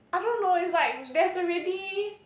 I don't know is like there's already